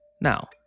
now